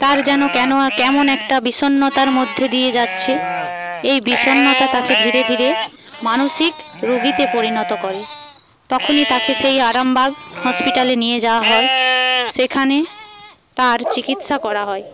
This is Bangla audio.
তার যেন কেন কেমন একটা বিষন্নতার মধ্যে দিয়ে যাচ্ছে এই বিষন্নতা তাকে ধীরে ধীরে মানসিক রুগীতে পরিণত করে তখনই তাকে সেই আরামবাগ হসপিটালে নিয়ে যাওয়া হয় সেখানে তার চিকিৎসা করা হয়